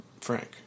Frank